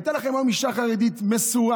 הייתה לכם היום אישה חרדית מסורה,